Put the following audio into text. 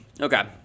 Okay